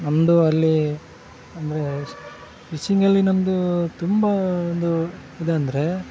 ನಮ್ಮದು ಅಲ್ಲಿ ಅಂದರೆ ಫಿಶಿಂಗಲ್ಲಿ ನಮ್ಮದು ತುಂಬ ಒಂದು ಇದೆಂದರೆ